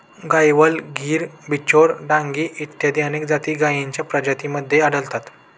गायवळ, गीर, बिचौर, डांगी इत्यादी अनेक जाती गायींच्या प्रजातींमध्ये आढळतात